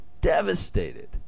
devastated